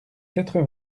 quatre